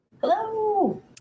Hello